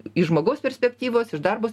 iš žmogaus perspektyvos iš darbo